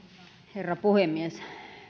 herra puhemies